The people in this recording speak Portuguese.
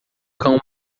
cão